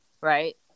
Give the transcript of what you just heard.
Right